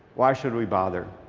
why should we bother?